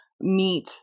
meet